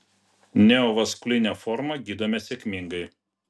neovaskulinę formą gydome sėkmingai